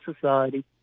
society